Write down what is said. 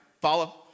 Follow